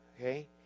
Okay